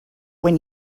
when